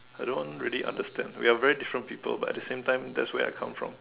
I don't really understand we are very different people but the same time that's where I come from